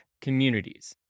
communities